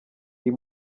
iyi